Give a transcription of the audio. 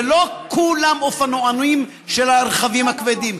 לא כולם אופנוענים של הרכבים הכבדים,